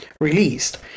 released